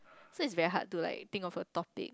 so it's very hard to like think of a topic